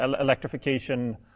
electrification